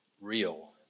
real